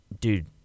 dude